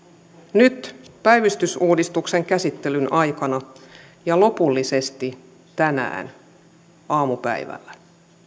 nyt päivystysuudistuksen käsittelyn aikana ja lopullisesti tänään aamupäivällä